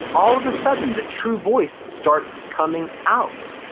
all of a sudden, the true voice starts coming out.